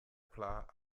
plat